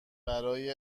برای